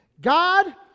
God